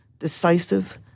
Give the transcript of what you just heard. decisive